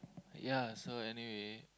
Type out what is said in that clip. yea so anyway